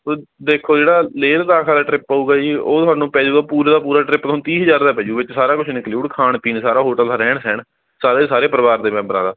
ਦੇਖੋ ਜਿਹੜਾ ਲੇਹ ਲਦਾਖ ਵਾਲਾ ਟ੍ਰਿਪ ਹੋਵੇਗਾ ਜੀ ਉਹ ਤੁਹਾਨੂੰ ਪੈ ਜਾਵੇਗਾ ਪੂਰੇ ਦਾ ਪੂਰਾ ਟ੍ਰਿਪ ਤੁਹਾਨੂੰ ਤੀਹ ਹਜ਼ਾਰ ਦਾ ਪੈ ਜਾਊ ਵਿੱਚ ਸਾਰਾ ਕੁਝ ਇਨਕਲੂਡ ਖਾਣ ਪੀਣ ਸਾਰਾ ਹੋਟਲ ਦਾ ਰਹਿਣ ਸਾਰੇ ਦੇ ਸਾਰੇ ਪਰਿਵਾਰ ਦੇ ਮੈਂਬਰਾਂ ਦਾ